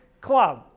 club